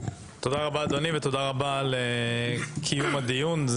תודה רבה, אדוני, ותודה רבה על קיום הדיון.